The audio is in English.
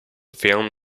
film